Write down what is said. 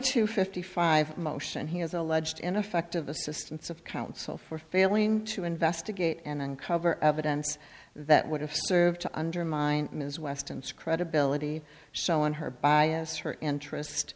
two fifty five motion he has alleged ineffective assistance of counsel for failing to investigate and uncover evidence that would have served to undermine ms weston's credibility so on her bias her interest